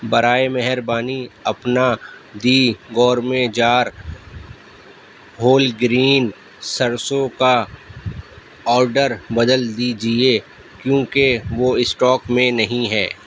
برائے مہربانی اپنا the gourmet jar whole green سرسوں کا آرڈر بدل دیجیے کیونکہ وہ اسٹاک میں نہیں ہے